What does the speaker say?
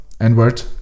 N-word